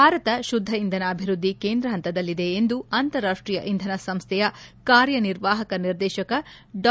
ಭಾರತ ಶುದ್ಧ ಇಂಧನ ಅಭಿವೃದ್ಧಿ ಕೇಂದ್ರ ಹಂತದಲ್ಲಿದೆ ಎಂದು ಅಂತರಾಷ್ಷೀಯ ಇಂಧನ ಸಂಸ್ವೆಯ ಕಾರ್ಯನಿರ್ವಾಹಕ ನಿರ್ದೇಶಕ ಡಾ